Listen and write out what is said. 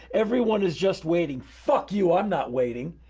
everyone is just waiting. fuck you! i'm not waiting.